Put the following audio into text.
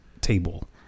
table